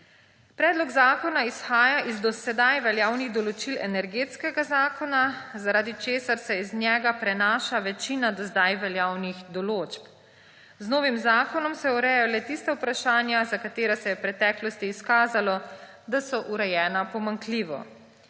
Predlog zakona izhaja iz do sedaj veljavnih določil Energetskega zakona, zaradi česar se iz njega prenaša večina do zdaj veljavnih določb. Z novim zakonom se urejajo le tista vprašanja, za katera se je v preteklosti izkazalo, da so urejena pomanjkljivo.